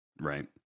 right